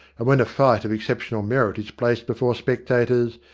and when a fight of exceptional merit is placed before spectators,